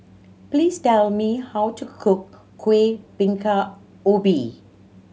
please tell me how to cook Kuih Bingka Ubi